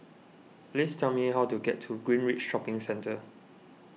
please tell me how to get to Greenridge Shopping Centre